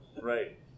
Right